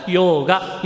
yoga